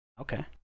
Okay